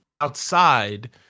outside